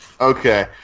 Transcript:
Okay